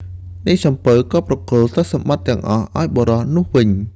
នាយសំពៅក៏ប្រគល់ទ្រព្យសម្បត្តិទាំងអស់ឱ្យបុរសនោះវិញ។